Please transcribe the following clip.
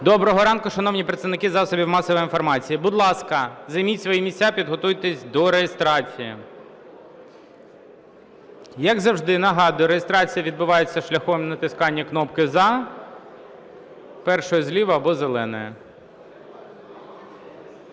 Доброго ранку шановні представники засобів масової інформації! Будь ласка, займіть свої місця, підготуйтесь до реєстрації. Як завжди нагадую, реєстрація відбувається шляхом натискання кнопки "за", першої зліва або зеленої.